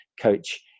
coach